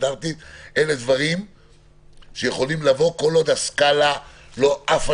אלה דברים שיכולים לבוא כל עוד הסקאלה לא עפה